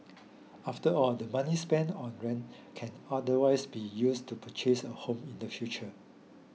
after all the money spent on rent can otherwise be used to purchase a home in the future